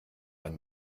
ein